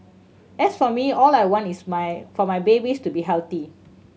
as for me all I want is my for my babies to be healthy